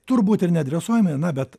turbūt ir nedresuojami na bet